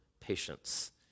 patience